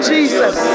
Jesus